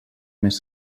més